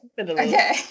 Okay